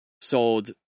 sold